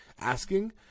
asking